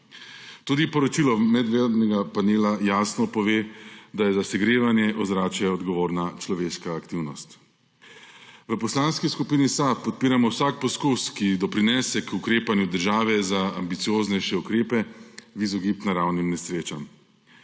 Tudi poročilo Mednarodnega panela jasno pove, da je za segrevanje ozračja odgovorna človeška aktivnost. V Poslanski skupini SAB podpiramo vsak poskus, ki doprinese k ukrepanju države za ambicioznejše ukrepe v izogib naravnim nesrečam.